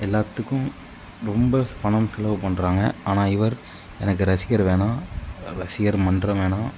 எல்லாத்துக்கும் ரொம்ப பணம் செலவு பண்ணுறாங்க ஆனால் இவர் எனக்கு ரசிகர் வேணாம் ரசிகர் மன்றம் வேணாம்